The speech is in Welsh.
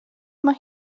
mae